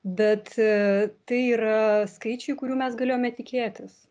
bet tai yra skaičiai kurių mes galėjome tikėtis